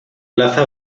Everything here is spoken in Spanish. plaza